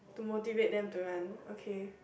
to motivate them to run okay